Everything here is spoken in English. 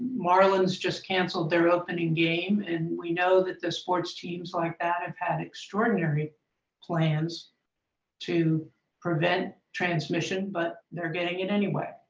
marlins just canceled their opening game, and we know that the sports teams like that have had extraordinary plans to prevent transmission, but they're getting it anyway.